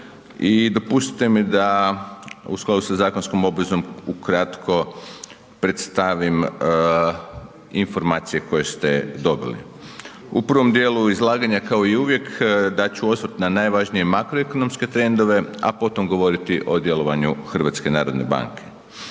i dopustite mi da u skladu sa zakonskom obvezom ukratko predstavim informacije koje ste dobili. U prvom dijelu izlaganja kao i uvijek dat ću osvrt na najvažnije makroekonomske trendove, a potom govoriti o djelovanju HNB-a. Međutim, prije